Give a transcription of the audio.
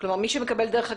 כלומר מי שמקבל דרך הקורונה,